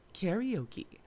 Karaoke